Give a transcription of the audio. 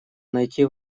найти